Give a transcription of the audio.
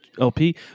LP